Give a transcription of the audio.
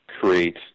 create